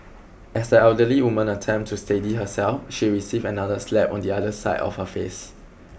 as the elderly woman attempted to steady herself she received another slap on the other side of her face